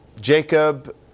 Jacob